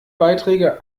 beiträge